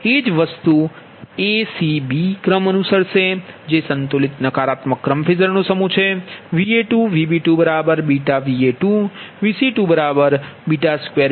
એ જ વસ્તુ a c b ક્રમ અનુસરશે જે સંતુલિત નકારાત્મક ક્રમ ફેઝર નો સમૂહ છે તે Va2 Vb2βVa2 Vc22Va2 છે